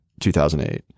2008